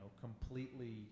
completely